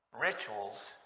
rituals